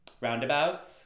roundabouts